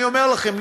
אני אומר לכם,